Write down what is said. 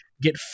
get